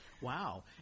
Wow